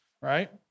right